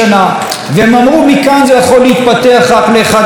והם אמרו מכאן זה יכול להתפתח רק לאחד משני כיוונים: